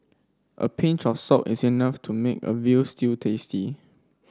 a pinch of salt is enough to make a veal stew tasty